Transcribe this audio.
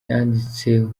yanditse